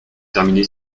terminé